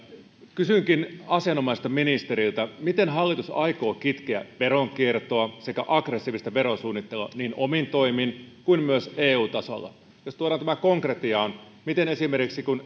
kysynkin asianomaiselta ministeriltä miten hallitus aikoo kitkeä veronkiertoa sekä aggressiivista verosuunnittelua niin omin toimin kuin myös eu tasolla jos tuodaan tämä konkretiaan niin miten esimerkiksi kun